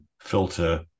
filter